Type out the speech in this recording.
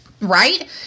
right